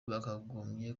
bakagombye